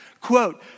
Quote